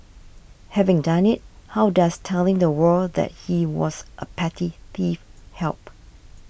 having done it how does telling the world that he was a petty thief help